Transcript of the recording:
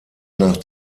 nach